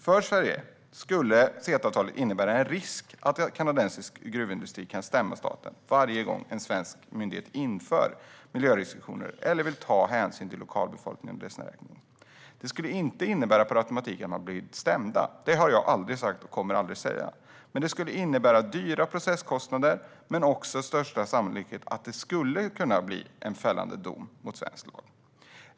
För Sverige skulle CETA-avtalet innebära en risk att kanadensisk gruvindustri kan stämma staten varje gång en svensk myndighet inför miljörestriktioner eller vill ta hänsyn till lokalbefolkningen och dess näringar. Det skulle inte per automatik innebära att man blir stämd. Det har jag aldrig sagt och kommer heller aldrig att säga. Men det skulle innebära dyra processkostnader. Det skulle också med största sannolikhet kunna bli en fällande dom mot svensk lag.